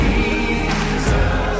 Jesus